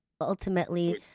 ultimately